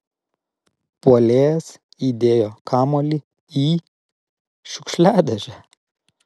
puolėjas įdėjo kamuolį į šiukšliadėžę